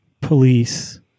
police